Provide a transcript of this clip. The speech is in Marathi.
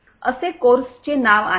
0 and Industrial IoT असे कोर्सचे नाव आहे